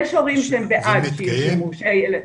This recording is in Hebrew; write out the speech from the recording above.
יש הורים שהם בעד שירשמו את הילד,